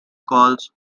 calls